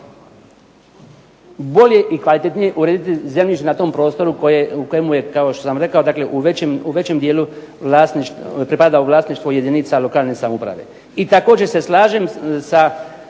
bolje i kvalitetnije urediti zemljište na tom prostoru u kojemu je kao što sam rekao dakle u većem dijelu pripada u vlasništvo jedinica lokalne samouprave. I također se slažem sa